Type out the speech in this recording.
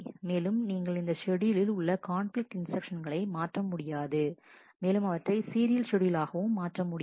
மேலும் நீங்கள் இந்த ஷெட்யூலில் உள்ள கான்பிலிக்ட் இன்ஸ்டிரக்ஷன்ஸ்களை மாற்ற முடியாது மேலும் அவற்றை சீரியல் ஷெட்யூல் ஆகவும் மாற்ற முடியாது